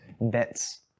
bets